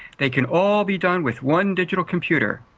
they can all be done with one digital computer,